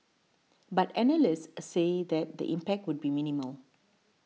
but analysts said that the impact would be minimal